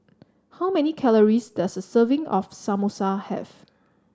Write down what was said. how many calories does a serving of Samosa have